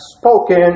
spoken